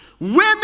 Women